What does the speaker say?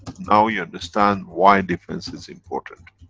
now you understand why defense is important,